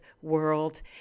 world